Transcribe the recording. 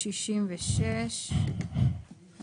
לא, לא משמעת קואליציונית.